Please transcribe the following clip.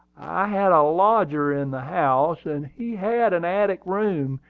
i had a lodger in the house, and he had an attic room.